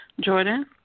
Jordan